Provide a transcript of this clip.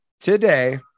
today